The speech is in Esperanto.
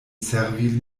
servi